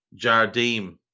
Jardim